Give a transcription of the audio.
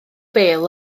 bêl